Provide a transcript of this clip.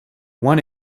one